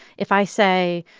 if i say,